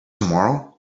tomorrow